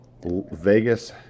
Vegas